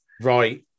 Right